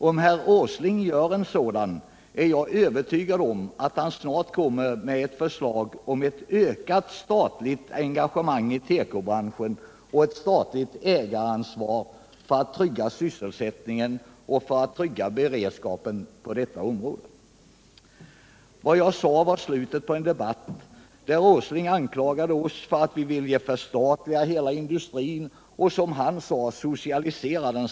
Om herr Åsling gör en sådan är jag övertygad om att han snart kommer med ett förslag om ett ökat statligt engagemang i tekobranschen och ett statligt ägaransvar för att trygga sysselsättningen och för att trygga beredskapen på detta område.” Vad jag sade var slutet på en debatt där Nils Åsling hade anklagat oss för att vilja förstatliga hela industrin och som han sade socialisera den.